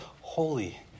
holy